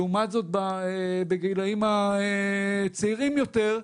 לעומת זאת, בגילאים הצעירים יותר,